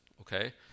okay